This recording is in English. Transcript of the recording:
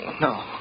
No